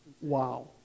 Wow